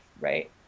right